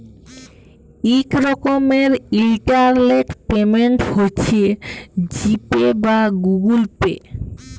ইক রকমের ইলটারলেট পেমেল্ট হছে জি পে বা গুগল পে